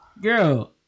Girl